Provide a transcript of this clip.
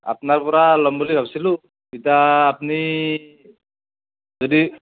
আপোনাৰ পৰা ল'ম বুলি ভাবিছিলোঁ ইতা আপুনি যদি